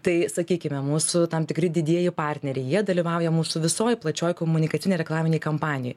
tai sakykime mūsų tam tikri didieji partneriai jie dalyvauja mūsų visoj plačioj komunikacinėj reklaminėj kampanijoj